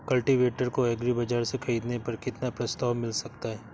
Cultivator को agri बाजार से ख़रीदने पर कितना प्रस्ताव मिल सकता है?